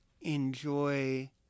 enjoy